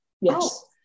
yes